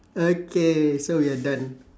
okay so we are done